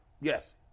Yes